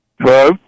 Hello